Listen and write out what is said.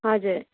हजुर